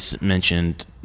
mentioned